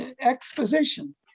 exposition